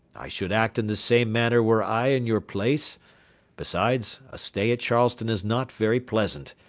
i should act in the same manner were i in your place besides, a stay at charleston is not very pleasant,